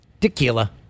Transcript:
Tequila